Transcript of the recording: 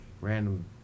random